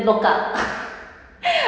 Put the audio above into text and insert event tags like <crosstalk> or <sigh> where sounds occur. look up <laughs>